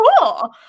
cool